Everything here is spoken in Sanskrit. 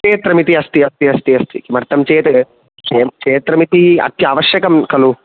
क्षेत्रम् इति अस्ति अस्ति अस्ति अस्ति किमर्थं चेत् क्षे क्षेत्रमिति अति अवश्यकं कलु